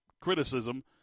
criticism